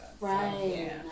Right